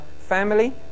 Family